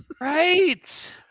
right